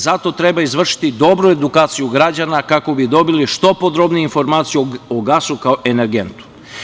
Zato treba izvršiti dobru edukaciju građana kako bi dobili što podrobnije informacije o gasu kao energentu.